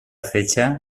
fecha